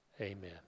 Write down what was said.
Amen